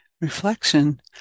reflection